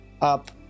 up